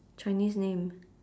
chinese name